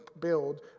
build